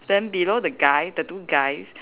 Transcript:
then below the guy the two guys